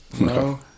No